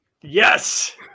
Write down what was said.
Yes